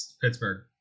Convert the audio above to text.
Pittsburgh